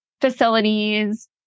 facilities